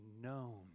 known